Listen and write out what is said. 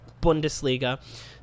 Bundesliga